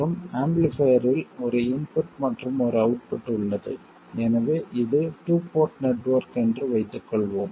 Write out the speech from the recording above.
மற்றும் ஆம்பிளிஃபைர்ரில் ஒரு இன்புட் மற்றும் ஒரு அவுட்புட் உள்ளது எனவே இது டூ போர்ட் நெட்வொர்க் என்று வைத்துக்கொள்வோம்